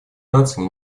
наций